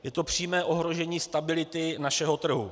Je to přímé ohrožení stability našeho trhu.